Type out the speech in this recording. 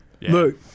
look